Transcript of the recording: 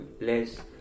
less